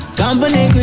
company